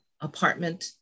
apartment